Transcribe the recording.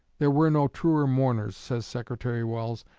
there were no truer mourners, says secretary welles,